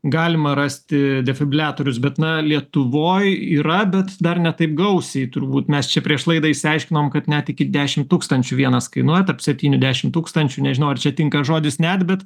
galima rasti defibriliatorius bet na lietuvoj yra bet dar ne taip gausiai turbūt mes čia prieš laidą išsiaiškinom kad net iki dešimt tūkstančių vienas kainuoja tarp septynių dešimt tūkstančių nežinau ar čia tinka žodis net bet